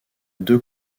deux